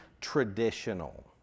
traditional